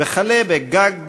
וכלה ב"גג ירוק":